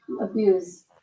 abuse